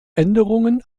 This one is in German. änderungen